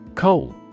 Coal